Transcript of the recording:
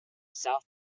south